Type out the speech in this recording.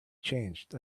changed